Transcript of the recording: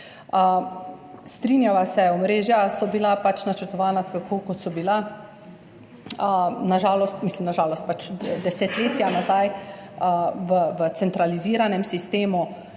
Strinjava se, omrežja so bila pač načrtovana tako, kot so bila, na žalost, pač desetletja nazaj v centraliziranem sistemu